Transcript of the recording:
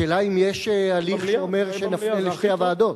השאלה אם יש הליך שאומר שנפנה לשתי הוועדות.